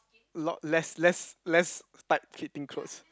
lot let's let's let's start kitting clothes